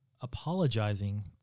apologizing